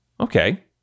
Okay